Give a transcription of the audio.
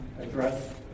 address